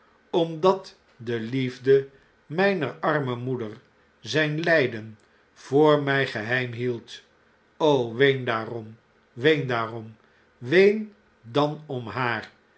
omdat de liefde mflner arme moeder zijn ljjden voor m j geheim hield o ween daarom ween daarom ween dan om haar